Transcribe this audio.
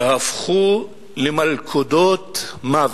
יהפכו למלכודות מוות,